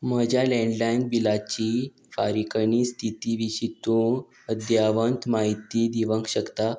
म्हज्या लेंडलायन बिलाची फारीकणी स्थिती विशीं तूं अध्यावंत म्हायती दिवंक शकता